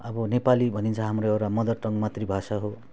अब नेपाली भनिन्छ हाम्रो एउटा मदर टङ मातृभाषा हो